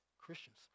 Christians